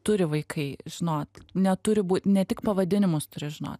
turi vaikai žinot neturi būt ne tik pavadinimus turi žinot